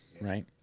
right